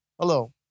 Hello